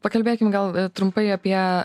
pakalbėkim gal trumpai apie